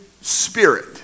Spirit